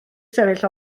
sefyll